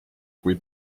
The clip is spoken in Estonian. kui